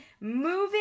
moving